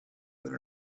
been